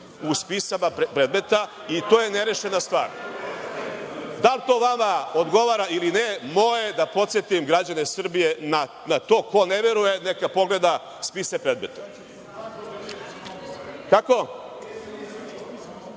Zorana Đinđića, i to je nerešena stvar. Da li to vama odgovara ili ne, moje je da podsetim građane Srbije na to. Ko ne veruje neka pogleda spise predmeta. Zoran